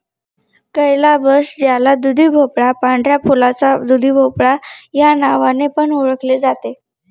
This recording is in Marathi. कैलाबश ज्याला दुधीभोपळा, पांढऱ्या फुलाचा दुधीभोपळा या नावाने पण ओळखले जाते